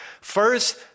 First